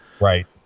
Right